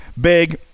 big